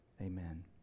Amen